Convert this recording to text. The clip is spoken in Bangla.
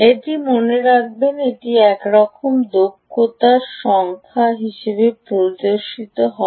এটি মনে রাখবেন এটি একরকম দক্ষতার সংখ্যা হিসাবে প্রদর্শিত হবে